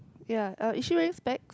ya uh is she wearing specs